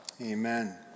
Amen